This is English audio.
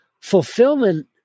Fulfillment